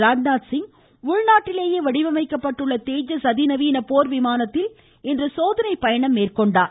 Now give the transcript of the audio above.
ராஜ்நாத்சிங் உள்நாட்டிலேயே வடிவமைக்கப்பட்ட தேஜஸ் அதிநவீன போர் விமானத்தில் இன்று சோதனை பயணம் மேற்கொண்டார்